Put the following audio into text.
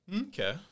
Okay